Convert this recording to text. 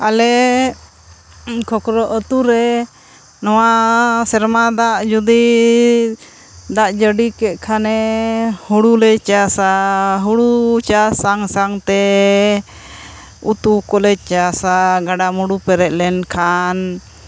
ᱟᱞᱮ ᱠᱷᱚᱠᱨᱚ ᱟᱛᱳᱨᱮ ᱱᱚᱣᱟ ᱥᱮᱨᱢᱟ ᱫᱟᱜ ᱡᱩᱫᱤ ᱫᱟᱜ ᱡᱟᱹᱲᱤ ᱠᱮᱜ ᱠᱷᱟᱱᱮ ᱦᱳᱲᱳᱞᱮ ᱪᱟᱥᱟ ᱦᱳᱲᱳ ᱪᱟᱥ ᱥᱟᱶ ᱥᱟᱶᱛᱮ ᱩᱛᱩ ᱠᱚᱞᱮ ᱪᱟᱥᱟ ᱜᱟᱰᱟ ᱢᱩᱸᱰᱩ ᱯᱮᱨᱮᱡ ᱞᱮᱱᱠᱷᱟᱱ